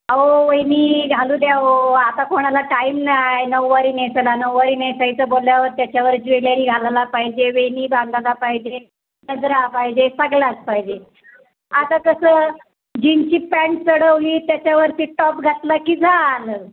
अहो वहिनी घालू द्या हो आता कोणाला टाइम नाही नऊवारी नेसायला नऊवारी नेसायचं बोलल्यावर त्याच्यावर ज्वेलरी घालायला पाहिजे वेणी घालायला पाहिजे गजरा पाहिजे सगळाच पाहिजे आता कसं जिनची पॅन्ट चढवली त्याच्यावरती टॉप घातला की झालं